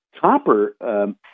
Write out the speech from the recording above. Copper